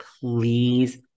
please